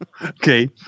okay